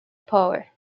power